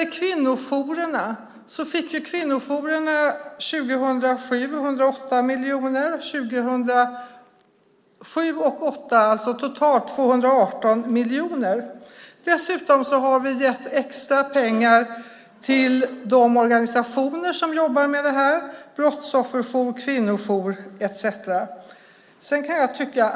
Kvinnojourerna fick 108 miljoner år 2007. År 2007 och 2008 fick de totalt 218 miljoner. Dessutom har vi gett extra pengar till de organisationer som jobbar med det här: brottsofferjourer, kvinnojourer etcetera.